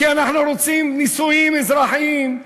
כי אנחנו רוצים נישואים אזרחיים,